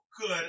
good